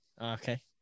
okay